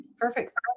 Perfect